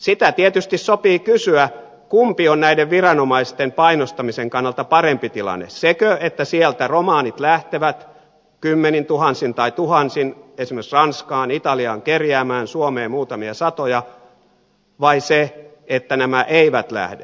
sitä tietysti sopii kysyä kumpi on näiden viranomaisten painostamisen kannalta parempi tilanne sekö että sieltä romanit lähtevät kymmenintuhansin tai tuhansin esimerkiksi ranskaan italiaan kerjäämään suomeen muutamia satoja vai se että nämä eivät lähde